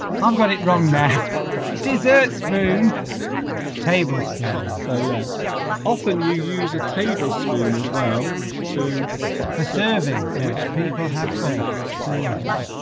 i've got it wrong now dessert spoon table table spoons so yes often you use a table spoon as well to four servings which people have said serving